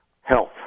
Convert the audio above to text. Health